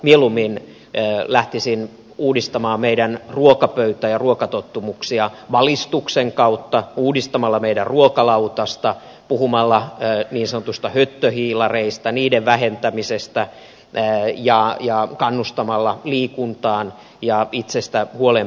mieluummin lähtisin uudistamaan meidän ruokapöytäämme ja ruokatottumuksiamme valistuksen kautta uudistamalla meidän ruokalautastamme puhumalla niin sanotuista höttöhiilareista niiden vähentämisestä ja kannustamalla liikuntaan ja itsestä huolen pitämiseen